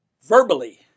verbally